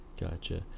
Gotcha